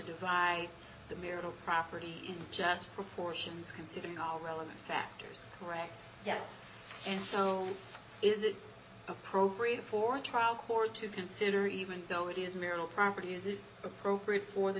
divide the marital property in just proportions considering all relevant factors correct yes and so is it appropriate for a trial court to consider even though it is marital property is it appropriate for the